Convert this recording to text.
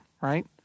right